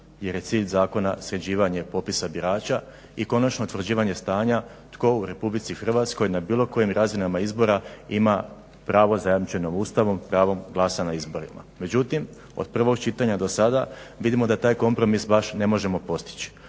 jer je cilj zakona sređivanje popisa birača i konačnog utvrđivanje stanja tko u RH na bilo kojim razinama izbora ima pravo zajamčeno Ustavom, pravo glasa na izborima. Međutim od prvog čitanja do sada vidimo da taj kompromis baš ne možemo postići.